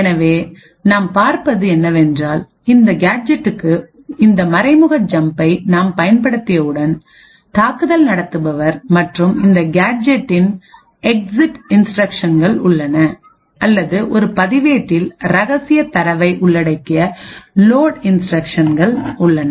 எனவே நாம் பார்ப்பது என்னவென்றால் இந்த கேஜெட்டுக்கு இந்த மறைமுக ஜம்பை நாம் பயன்படுத்தியவுடன் தாக்குதல் நடத்துபவர் மற்றும் இந்த கேஜெட்டில் எக்ஸிட் இன்ஸ்டிரக்க்ஷன்கள் உள்ளன அல்லது ஒரு பதிவேட்டில் ரகசிய தரவை உள்ளடக்கிய லோட் இன்ஸ்டிரக்க்ஷன் உள்ளது